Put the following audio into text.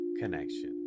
connection